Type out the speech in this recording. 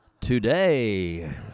Today